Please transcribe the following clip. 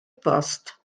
bost